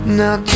now